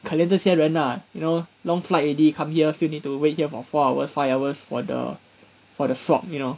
可怜这些人 lah you know long flight already come here still need to wait here for four hours five hours for the for the swab you know